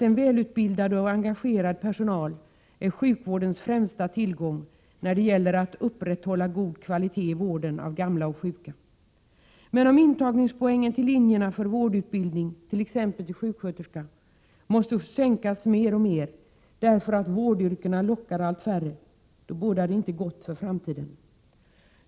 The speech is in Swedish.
En välutbildad och engagerad personal är ändå sjukvårdens främsta tillgång när det gäller att upprätthålla god kvalitet i vården av gamla och sjuka. Men om antagningspoängen till linjerna för vårdutbildning, t.ex. sjuksköterskor, måste sänkas alltmer därför att vårdyrkena lockar allt färre, bådar det inte gott för framtiden.